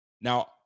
Now